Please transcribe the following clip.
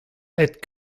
aet